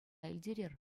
илтерер